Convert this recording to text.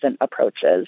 approaches